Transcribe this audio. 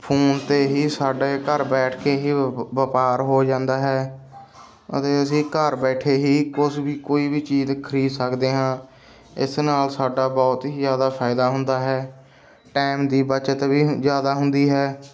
phone 'ਤੇ ਹੀ ਸਾਡੇ ਘਰ ਬੈਠ ਕੇ ਹੀ ਵ ਵਪਾਰ ਹੋ ਜਾਂਦਾ ਹੈ ਅਤੇ ਅਸੀਂ ਘਰ ਬੈਠੇ ਹੀ ਕੁਛ ਵੀ ਕੋਈ ਵੀ ਚੀਜ਼ ਖਰੀਦ ਸਕਦੇ ਹਾਂ ਇਸ ਨਾਲ ਸਾਡਾ ਬਹੁਤ ਹੀ ਜ਼ਿਆਦਾ ਫਾਇਦਾ ਹੁੰਦਾ ਹੈ ਟੈਮ ਬੱਚਤ ਵੀ ਹ ਜ਼ਿਆਦਾ ਹੁੰਦੀ ਹੈ